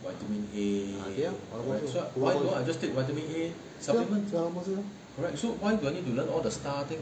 ah 对 lor 这种东西 lor